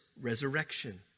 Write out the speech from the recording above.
resurrection